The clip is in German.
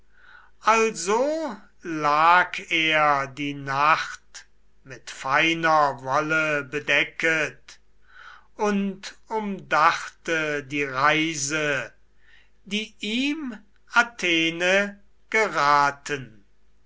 also lag er die nacht mit feiner wolle bedecket und umdachte die reise die ihm athene geraten